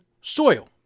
soil